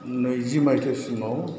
नैजि मायथायसिमाव